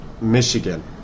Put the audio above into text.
Michigan